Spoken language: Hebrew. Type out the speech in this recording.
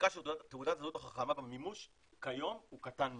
חלקה של תעודת הזהות החכמה במימוש כיום הוא קטן מאוד.